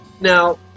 Now